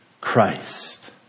Christ